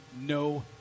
no